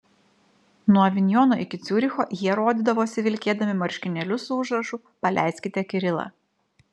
nuo avinjono iki ciuricho jie rodydavosi vilkėdami marškinėlius su užrašu paleiskite kirilą